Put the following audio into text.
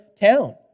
town